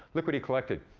look what he collected.